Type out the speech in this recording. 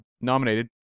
Nominated